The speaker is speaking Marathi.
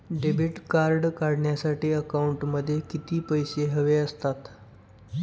डेबिट कार्ड काढण्यासाठी अकाउंटमध्ये किती पैसे हवे असतात?